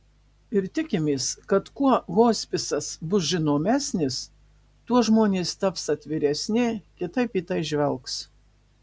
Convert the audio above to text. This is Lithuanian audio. ir tikimės kad kuo hospisas bus žinomesnis tuo žmonės taps atviresni kitaip į tai žvelgs